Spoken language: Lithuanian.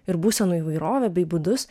ir būsenų įvairovę bei būdus